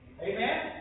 Amen